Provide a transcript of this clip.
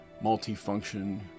multi-function